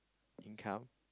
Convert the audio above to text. income